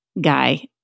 guy